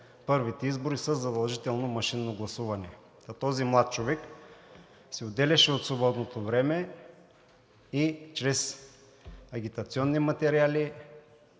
първите избори със задължително машинно гласуване, та този млад човек си отделяше от свободното време и чрез агитационни материали,